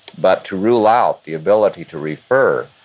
but to rule out the ability to refer